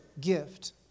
gift